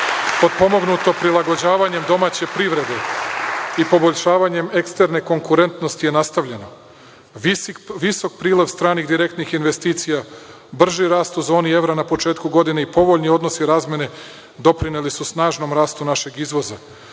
potpomognuto prilagođavanjem domaće privrede i poboljšavanjem eksterne konkurentnosti je nastavljeno. Visok prilog stranih direktnih investicija, brži rast u zoni evra na početku godine i povoljni odnosi razmene doprineli su snažnom rastu našeg izvoza,